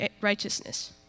righteousness